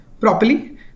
properly